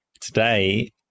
today